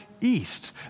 east